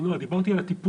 לא אני דיברתי על הטיפול,